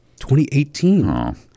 2018